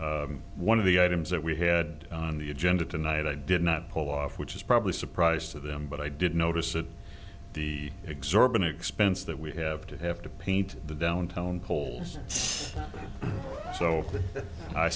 robinson one of the items that we had on the agenda tonight i did not pull off which is probably a surprise to them but i did notice at the exurban expense that we have to have to paint the downtown coles so i